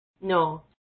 No